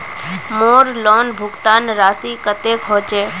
मोर लोन भुगतान राशि कतेक होचए?